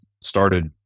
started